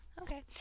okay